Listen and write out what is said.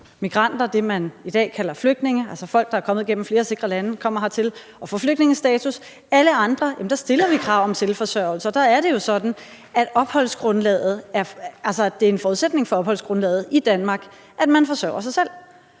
migranter – det, man i dag kalder flygtninge, altså folk, der er kommet gennem flere sikre lande og kommer hertil og får flygtningestatus – stiller krav om selvforsørgelse, og der er det jo sådan, at det er en forudsætning for opholdsgrundlaget i Danmark, at man forsørger sig selv.